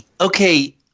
Okay